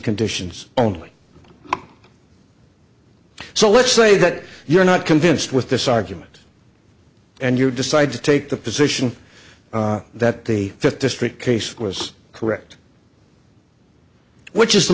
conditions only so let's say that you're not convinced with this argument and you decide to take the position that the fifth district case was correct which is the